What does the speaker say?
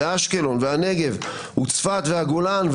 ואשקלון והנגב וצפת והגולן,